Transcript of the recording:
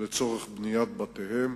לצורך בניית בתיהם.